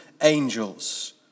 angels